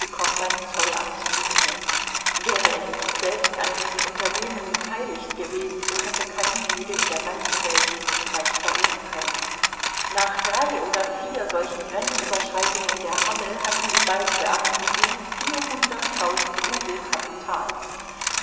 beim zollamt diente wäre er nicht selbst an diesem unternehmen beteiligt gewesen so hätte kein jude in der ganzen welt diesen streich verüben können nach drei oder vier solchen grenzüberschreitungen der hammel hatten die beiden beamten je vierhunderttausend rubel kapital